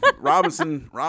Robinson